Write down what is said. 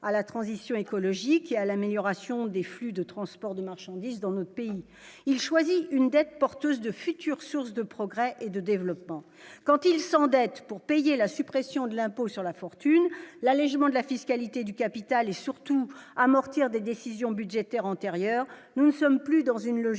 à la transition écologique et à l'amélioration des flux de transport de marchandises dans notre pays, il choisit une dette porteuse de future source de progrès et de développement quand ils s'endettent pour payer la suppression de l'impôt sur la fortune, l'allégement de la fiscalité du capital et surtout amortir des décisions budgétaires antérieurs, nous ne sommes plus dans une logique